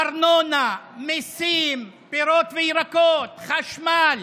ארנונה, מיסים, פירות וירקות, חשמל,